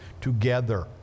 together